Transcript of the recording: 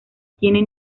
tiene